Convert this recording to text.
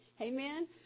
Amen